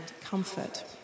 comfort